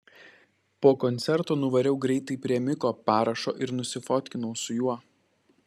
po koncerto nuvariau greitai prie miko parašo ir nusifotkinau su juo